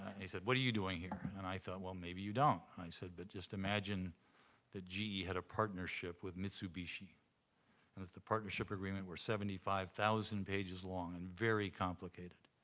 he said, what are you doing here? and i thought, well, maybe you don't. i said, but just imagine that ge had a partnership with mitsubishi, and if the partnership agreement were seventy five thousand pages long and very complicated.